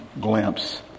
glimpse